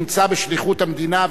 נמצא בשליחות המדינה,